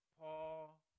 Paul